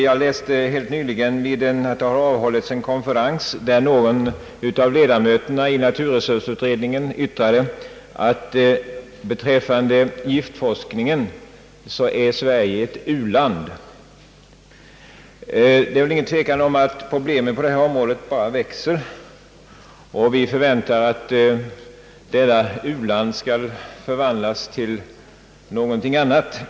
Jag läste helt nyligen att det har hållits en konferens, där någon av ledamöterna i naturresursutredningen yttrade, att »beträffande giftforskningen är Sverige ett u-land». Det är väl ingen tvekan om att problemen på detta område bara växer, och vi förväntar att detta u-land skall förvandlas till någonting annat.